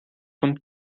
von